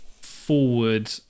forward